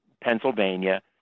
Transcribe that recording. Pennsylvania